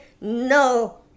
no